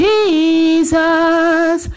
Jesus